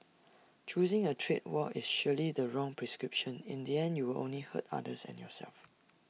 choosing A trade war is surely the wrong prescription in the end you will only hurt others and yourself